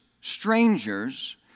strangers